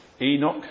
Enoch